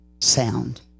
sound